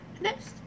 Next